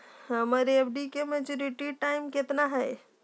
हमर एफ.डी के maturity time कितना है?